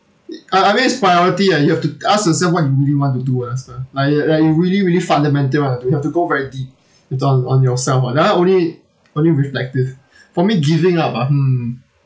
it I I mean it's priority ah you have to ask yourself what you really want to do ah lester like a like a really really fundamental [one] you have to go very deep into on on yourself that one only only reflective for me giving up ah hmm